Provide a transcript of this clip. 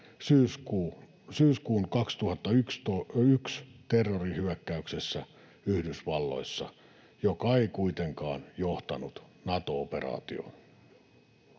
syyskuun 2001 terrorihyökkäyksessä Yhdysvalloissa, mikä ei kuitenkaan johtanut Nato-operaatioon.